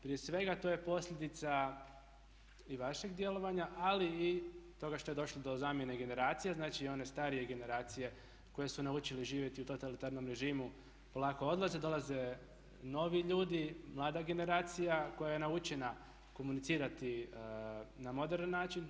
Prije svega to je posljedica i vašeg djelovanja ali i toga što je došlo do zamjene generacija, znači one starije generacije koje su naučile živjeti u totalitarnom režimu polako odlaze, dolaze novi ljudi, mlada generacija koja je naučena komunicirati na moderan način.